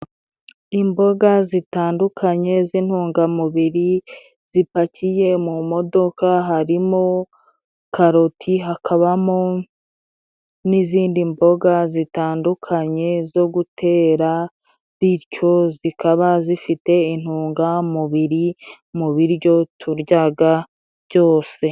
Imboga zitandukanye z'intungamubiri zipakiye mu modoka harimo karoti hakabamo n'izindi mboga zitandukanye zo gutera bityo zikaba zifite intungamubiri mu biryo turyaga byose.